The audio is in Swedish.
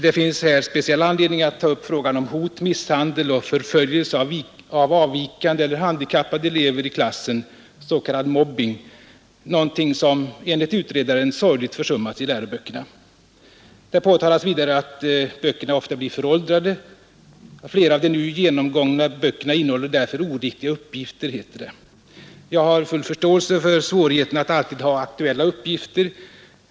Här finns speciell anledning att ta upp frågan om hot, misshandel och förföljelse av avvikande eller handikappade elever i klassen, s.k. mobbing, något som enligt utredaren läroböckerna sorgligt försummat. Det påtalas också att böckerna snabbt blir föråldrade. ”Flera av de nu genomgångna böckerna innehåller därför oriktiga uppgifter”, heter det. Jag har full förståelse för svårigheten att alltid ha aktuella uppgifter.